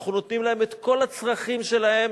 אנחנו נותנים להם את כל הצרכים שלהם,